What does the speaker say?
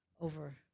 over